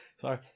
Sorry